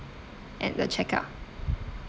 at the checkout